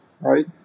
right